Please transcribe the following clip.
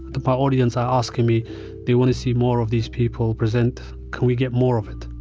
the ah audience are asking me they want to see more of these people present. can we get more of it?